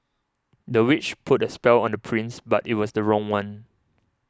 the witch put a spell on the prince but it was the wrong one